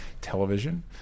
television